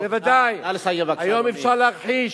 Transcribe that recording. אז בוודאי, היום אפשר להכחיש.